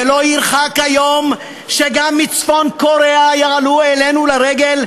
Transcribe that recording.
ולא ירחק היום שגם מצפון-קוריאה יעלו אלינו לרגל,